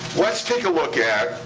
let's take a look at.